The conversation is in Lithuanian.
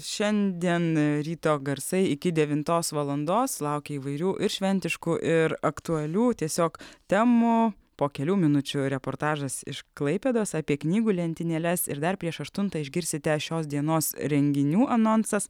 šiandien ryto garsai iki devintos valandos laukia įvairių ir šventiškų ir aktualių tiesiog temų po kelių minučių reportažas iš klaipėdos apie knygų lentynėles ir dar prieš aštuntą išgirsite šios dienos renginių anonsas